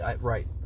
Right